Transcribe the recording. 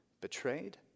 betrayed